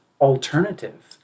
alternative